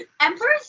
Emperor's